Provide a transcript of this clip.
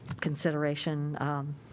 consideration